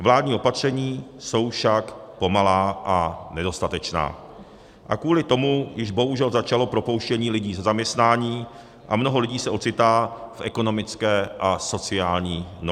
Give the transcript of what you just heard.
Vládní opatření jsou však pomalá a nedostatečná a kvůli tomu již bohužel začalo propouštění lidí ze zaměstnání a mnoho lidí se ocitá v ekonomické a sociální nouzi.